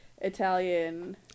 Italian